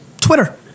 Twitter